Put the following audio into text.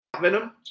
Venom